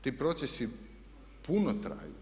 Ti procesi puno traju.